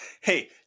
Hey